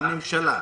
הממשלה,